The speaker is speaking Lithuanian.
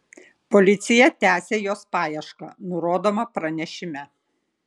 policija tęsią jos paiešką nurodoma pranešime